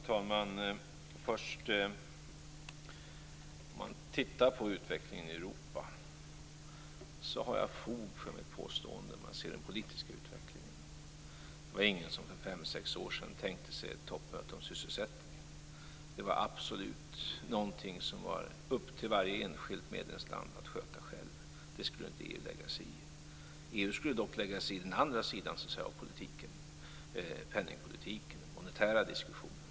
Fru talman! Om man tittar på den politiska utvecklingen i Europa har jag fog för mitt påstående. Det var ingen som för fem sex år sedan tänkte sig ett toppmöte om sysselsättningen. Det var absolut någonting som var upp till varje enskilt medlemsland att sköta självt. Det skulle EU inte lägga sig i. EU skulle dock lägga sig i den andra sidan av politiken: penningpolitiken och den monetära diskussionen.